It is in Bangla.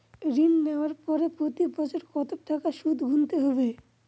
ঋণ নেওয়ার পরে প্রতি বছর কত টাকা সুদ গুনতে হবে?